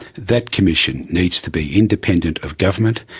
that commission needs to be independent of government,